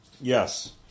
Yes